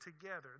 together